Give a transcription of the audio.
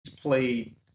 played